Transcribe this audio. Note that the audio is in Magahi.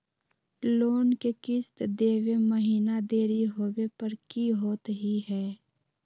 लोन के किस्त देवे महिना देरी होवे पर की होतही हे?